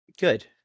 Good